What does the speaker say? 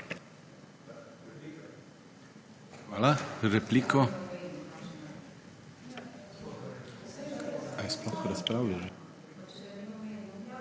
Hvala. Replika.